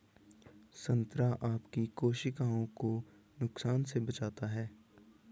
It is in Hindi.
संतरा आपकी कोशिकाओं को नुकसान से बचाता है